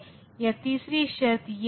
तो यह एक AND लॉजिक का प्रतीक है